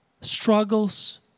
struggles